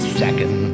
second